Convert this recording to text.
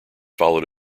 followed